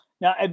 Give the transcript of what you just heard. Now